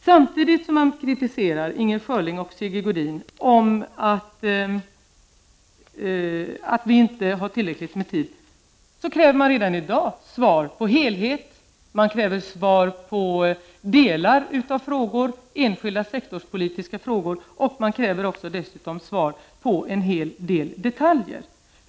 Samtidigt som man kritiserar oss för att vi inte ger tillräckligt med tid, Inger Schörling och Sigge Godin, avkrävs vi redan i dag svar på helhet, svar på delar av frågor, enskilda sektorspolitiska frågor och dessutom svar på en hel del detaljer.